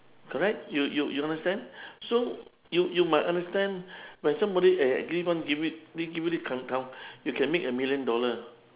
correct you you you understand so you you must understand when somebody eh keep on giving you this you can make a million dollar